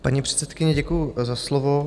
Paní předsedkyně, děkuju za slovo.